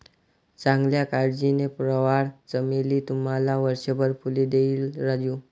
चांगल्या काळजीने, प्रवाळ चमेली तुम्हाला वर्षभर फुले देईल राजू